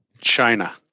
China